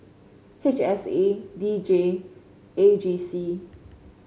H S A D J A G C